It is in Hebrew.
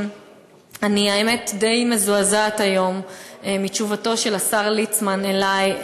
אני די מזועזעת היום מתשובתו של השר ליצמן אלי,